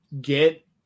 get